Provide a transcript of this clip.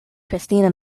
christina